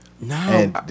no